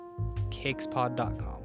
cakespod.com